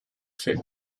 fait